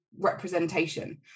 representation